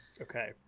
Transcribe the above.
Okay